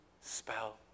spell